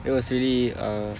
that was really uh